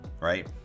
right